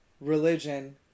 religion